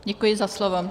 Děkuji za slovo.